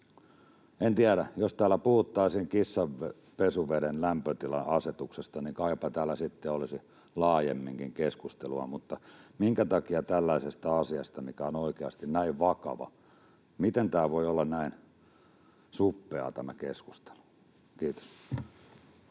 en tiedä, jos täällä puhuttaisiin kissan pesuveden lämpötila-asetuksesta, niin kaipa täällä sitten olisi laajemminkin keskustelua. Miten tällaisesta asiasta, mikä on oikeasti näin vakava, voi olla näin suppeaa tämä keskustelu? — Kiitos.